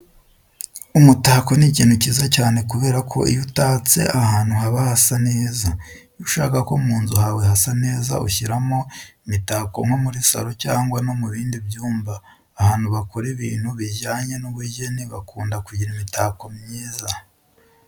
Umutako ni ikintu cyiza cyane kubera ko iyo utatse ahantu haba hasa neza. Iyo ushaka ko mu nzu hawe hasa neza ushyiramo imitako nko muri saro cyangwa no mu bindi byumba. Ahantu bakora ibintu bijyanye n'ubugeni bakunda kugira imitako myiza.